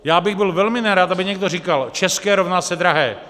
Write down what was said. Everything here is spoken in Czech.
Já bych byl velmi nerad, aby někdo říkal: české rovná se drahé.